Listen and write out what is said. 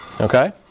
Okay